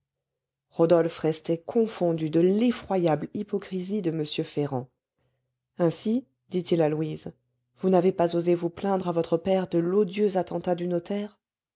rodolphe restait confondu de l'effroyable hypocrisie de m ferrand ainsi dit-il à louise vous n'avez pas osé vous plaindre à votre père de l'odieux attentat du notaire